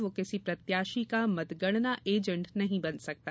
वह किसी प्रत्याशी का मतगणना एजेंट नही बन सकेगा